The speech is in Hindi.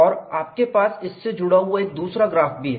और आपके पास इससे जुड़ा हुआ एक दूसरा ग्राफ भी है